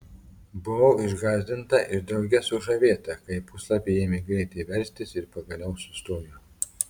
buvau išgąsdinta ir drauge sužavėta kai puslapiai ėmė greitai verstis ir pagaliau sustojo